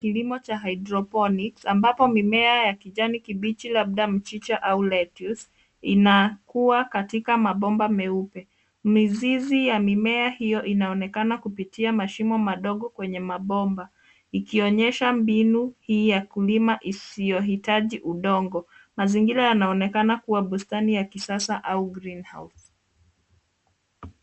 Kilimo cha hydroponics ambapo mimea ya kijani kibichi labda mchicha au lettuce inakua katika mabomba meupe. Mizizi ya mimea hiyo inaonekana kupitia mashimo madogo kwenye mabomba ikionyesha mbinu hii ya kulima isiyo hitaji udongo. Mazingira yanaonekana kuwa bustani ya kisasa au greenhouse .